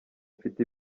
mfite